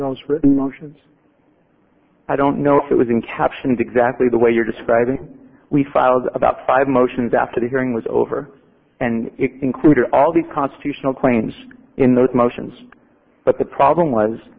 those written motions i don't know if it was in captions exactly the way you're describing we filed about five motions after the hearing was over and included all the constitutional claims in those motions but the problem was